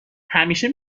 همیشه